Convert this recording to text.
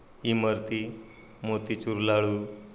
Imarti motichoor लाडू